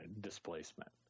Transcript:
displacement